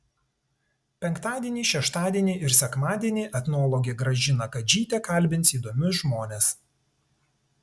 penktadienį šeštadienį ir sekmadienį etnologė gražina kadžytė kalbins įdomius žmones